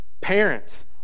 Parents